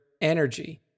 energy